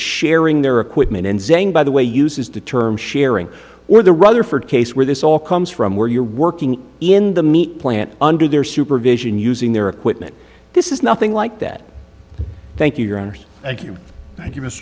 sharing their equipment and saying by the way uses the term sharing or the rather for case where this all comes from where you're working in the meat plant under their supervision using their equipment this is nothing like that thank you your